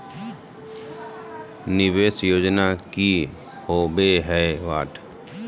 निवेस योजना की होवे है?